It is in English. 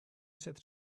said